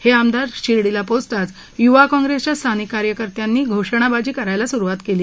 हे आमदार शिर्डीला पोहोचताच युवा काँप्रेसच्या स्थानिक कार्यकर्त्यांनी घोषणाबाजी करायला सुरुवात केली